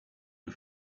the